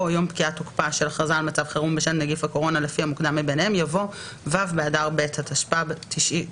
לפנינו הכרזת הממשלה שמאריכה את תוקף השימוש